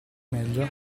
meglio